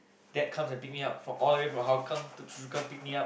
dad comes and pick me up all the way from Hougang to Choa Chu Kang pick me up